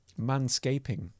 manscaping